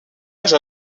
âge